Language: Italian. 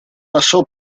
passò